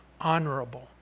honorable